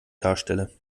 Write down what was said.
darstelle